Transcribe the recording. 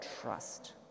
trust